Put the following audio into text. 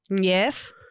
Yes